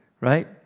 Right